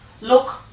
Look